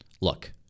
look